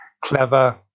clever